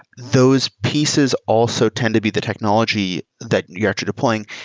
those pieces also tend to be the technology that you're actually deploying.